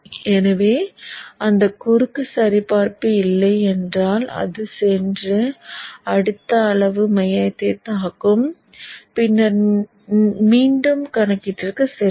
எனவே அந்த குறுக்கு சரிபார்ப்பு இல்லை என்றால் அது சென்று அடுத்த அளவு மையத்தை தாக்கும் பின்னர் மீண்டும் கணக்கீட்டிற்குச் செல்லும்